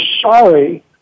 sorry